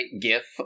gif